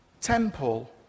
temple